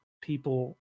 people